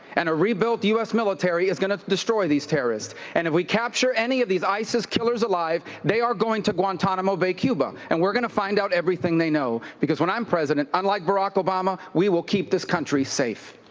and a rebuilt u s. military is going to destroy these terrorists. and if we capture any of these isis killers alive, they are going to guantanamo bay, cuba, and we're going to find out everything they know, because when i'm president, unlike barack obama, we will keep this country safe.